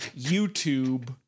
YouTube